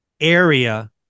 Area